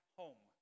home